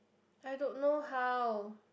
I don't know how